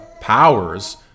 powers